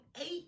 eight